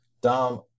dom